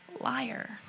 Liar